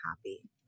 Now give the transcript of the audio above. happy